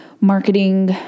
marketing